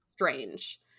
strange